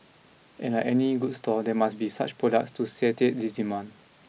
and like any good store there must be such products to satiate this demand